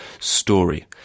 story